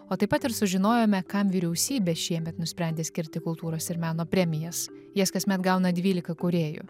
o taip pat ir sužinojome kam vyriausybė šiemet nusprendė skirti kultūros ir meno premijas jas kasmet gauna dvylika kūrėjų